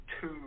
two